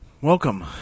Welcome